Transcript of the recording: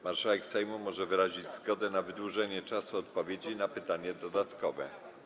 Marszałek Sejmu może wyrazić zgodę na wydłużenie czasu odpowiedzi na pytanie dodatkowe.